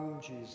Jesus